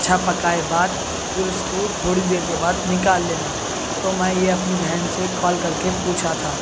اچھا پکائے بعد پھر اس کو تھوڑی دیر کے بعد نکال لینا تو میں یہ اپنی بہن سے کال کر کے پوچھا تھا